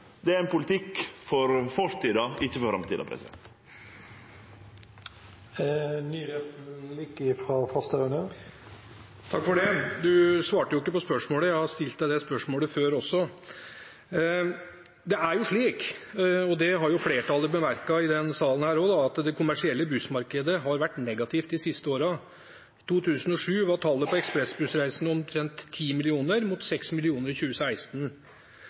Det er ein politikk for fortida, ikkje for framtida. Du svarte ikke på spørsmålet; jeg har stilt deg det før også. Det er slik, og det har flertallet i salen bemerket, at det kommersielle bussmarkedet har utviklet seg negativt de siste årene. I 2007 var tallet på ekspressbussreisende omtrent 10 millioner mot 6 millioner i 2016.